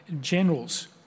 generals